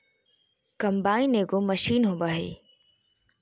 combine एगो मशीन होबा हइ